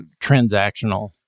transactional